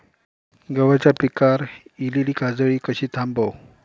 गव्हाच्या पिकार इलीली काजळी कशी थांबव?